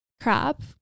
crap